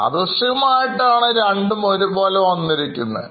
യാദൃശ്ചികമായി ആയിട്ടാണ് രണ്ടും ഒരേപോലെ വന്നിരിക്കുന്നത്